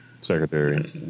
Secretary